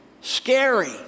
scary